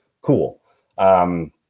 Cool